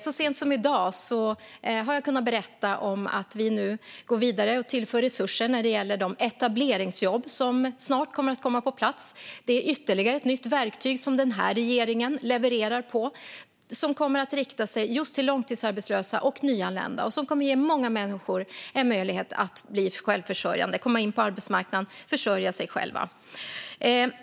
Så sent som i dag har jag kunnat berätta om att vi nu går vidare och tillför resurser när det gäller de etableringsjobb som snart kommer att komma på plats. Det är ytterligare ett nytt verktyg som den här regeringen levererar och som kommer att rikta sig just till långtidsarbetslösa och nyanlända. Det kommer att ge många människor en möjlighet att komma in på arbetsmarknaden och försörja sig själva.